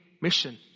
mission